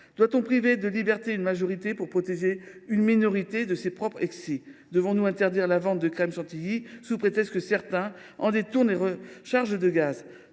Doit on priver de liberté une majorité pour protéger une minorité de ses propres excès ? Doit on interdire la vente de crème chantilly sous prétexte que certains détournent les recharges de gaz ?